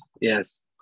Yes